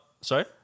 Sorry